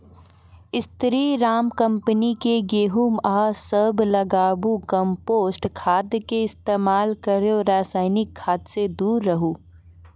स्री Ram company के गेहूँ अहाँ सब लगाबु कम्पोस्ट खाद के इस्तेमाल करहो रासायनिक खाद से दूर रहूँ?